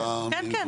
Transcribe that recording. האיכותני,